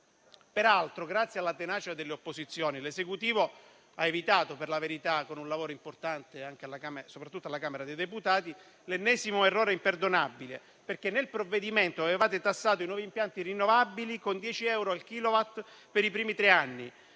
Peraltro, grazie alla tenacia delle opposizioni, l'Esecutivo ha evitato, per la verità con un lavoro importante soprattutto alla Camera dei deputati, l'ennesimo errore imperdonabile, perché nel provvedimento avevate tassato i nuovi impianti rinnovabili con 10 euro al kilowatt per i primi tre anni.